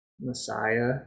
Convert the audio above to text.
Messiah